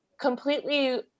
completely